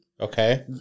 Okay